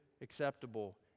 acceptable